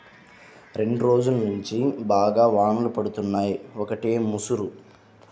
రెండ్రోజుల్నుంచి బాగా వానలు పడుతున్నయ్, ఒకటే ముసురు